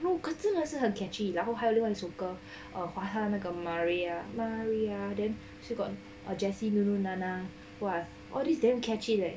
可是真的是很 catchy 然后还有另外一首歌 or her 还有那个 maria maria then still got jessie nunu nana !wah! all these damn catchy leh